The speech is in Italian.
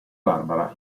barbara